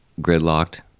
gridlocked